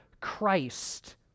Christ